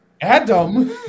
Adam